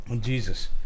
Jesus